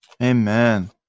Amen